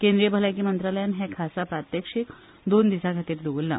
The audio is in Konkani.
केंद्रीय भलायकी मंत्रालयान हे खासा प्रात्यक्षिक दोन दिसांखातीर दवरला